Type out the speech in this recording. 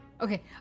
Okay